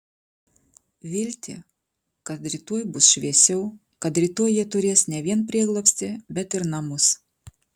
viltį kad rytoj bus šviesiau kad rytoj jie turės ne vien prieglobstį bet ir namus